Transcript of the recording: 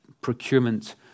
procurement